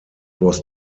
was